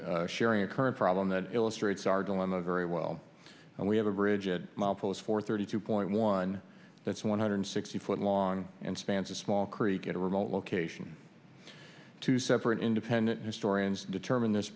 stating sharing a current problem that illustrates our dilemma very well and we have a bridge a mile post for thirty two point one that's one hundred sixty foot long and spans a small creek in a remote location two separate independent historians determine this